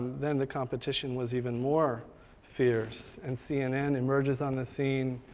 then the competition was even more fierce. and cnn emerges on the scene,